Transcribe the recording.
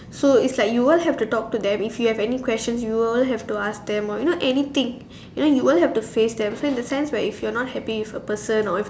so it's like you will have to talk to them if you have any questions you will have to ask them or you know anything you know you will have to face them so in the sense where if you're not happy with a person